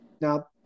now